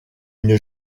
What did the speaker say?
une